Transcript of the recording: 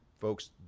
Folks